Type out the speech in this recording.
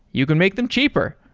you can make them cheaper.